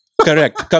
Correct